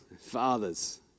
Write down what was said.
fathers